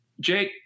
Jake